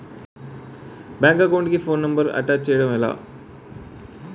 Bank account కి phone number attach చేయడం ఎలా?